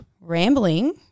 rambling